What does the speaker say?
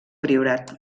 priorat